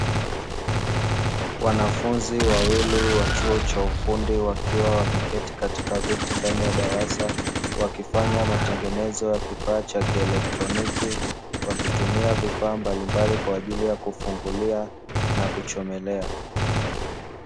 Wanafunzi wawili wa chuo cha ufundi wakiwa wameketi katika viti ndani ya darasa wakifanya matengenezo ya kifaa cha kielektroniki, wakitumia vifaa mbalimbali kwa ajili ya kufungulia na kuchomelea.